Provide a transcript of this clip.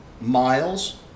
Miles